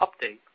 update